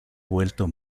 vuelto